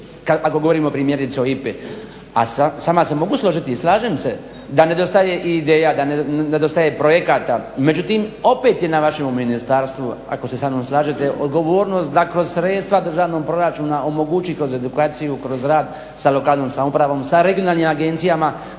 ako govorimo primjerice o IPA-i. A sa vama se mogu složiti i slažem se da nedostaje i ideja, da nedostaje projekata. Međutim, opet je na vašima u ministarstvu ako se sa mnom slažete odgovornost da kroz sredstva državnog proračuna omogući kroz edukaciju, kroz rad sa lokalnom samoupravom, sa regionalnim agencijama